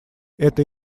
это